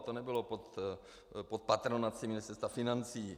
To nebylo pod patronací Ministerstva financí.